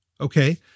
Okay